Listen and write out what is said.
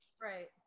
Right